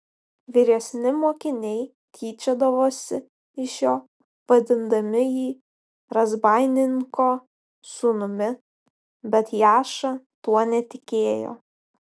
vyresni mokiniai tyčiodavosi iš jo vadindami jį razbaininko sūnumi bet jaša tuo netikėjo